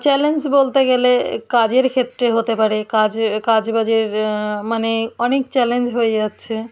challenge বলতে গেলে কাজের ক্ষেত্রে হতে পারে কাজে কাজবাজের মানে অনেক চ্যালেঞ্জ হয়ে যাচ্ছে